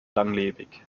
langlebig